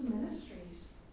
ministries